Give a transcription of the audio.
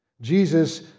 Jesus